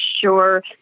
sure